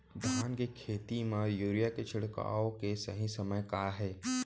धान के खेती मा यूरिया के छिड़काओ के सही समय का हे?